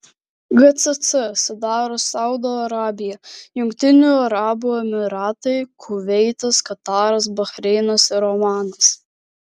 gcc sudaro saudo arabija jungtinių arabų emyratai kuveitas kataras bahreinas ir omanas